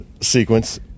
sequence